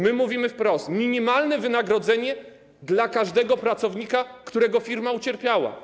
My mówimy wprost: minimalne wynagrodzenie dla każdego pracownika, którego firma ucierpiała.